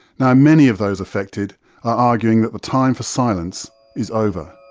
now many of those affected are arguing that the time for silence is over.